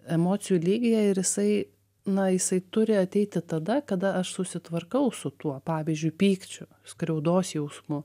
emocijų lygyje ir jisai na jisai turi ateiti tada kada aš susitvarkau su tuo pavyzdžiui pykčiu skriaudos jausmu